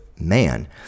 man